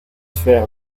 fer